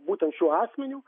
būtent šiuo asmeniu